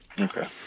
Okay